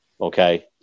Okay